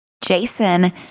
Jason